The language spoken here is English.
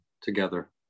together